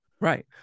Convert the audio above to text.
Right